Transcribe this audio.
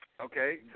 Okay